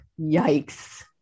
Yikes